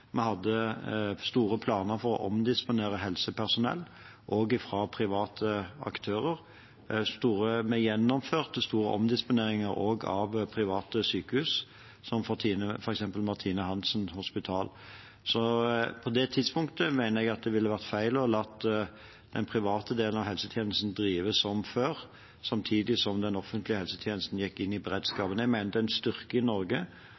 Vi hadde store planer for å omdisponere helsepersonell, også fra private aktører. Vi gjennomførte store omdisponeringer også av private sykehus, som f.eks. Martina Hansens Hospital. Så på det tidspunktet mener jeg det ville vært feil å la den private delen av helsetjenesten drive som før, samtidig som den offentlige helsetjenesten gikk inn i beredskapen. Jeg mener det er en styrke i Norge